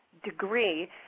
degree